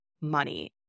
money